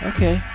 Okay